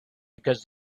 because